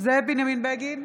זאב בנימין בגין,